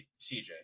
CJ